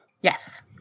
yes